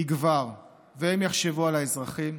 יגבר, והם יחשבו על האזרחים,